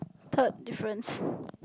third difference